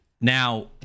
Now-